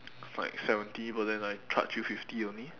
like seventy but then I charge you fifty only